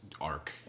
arc